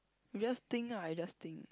you just think ah I just think